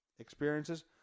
experiences